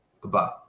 Goodbye